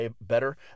better